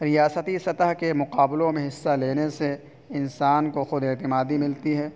ریاستی سطح کے مقابلوں میں حصہ لینے سے انسان کو خود اعتمادی ملتی ہے